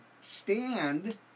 stand